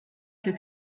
für